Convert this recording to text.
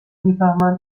میفهمن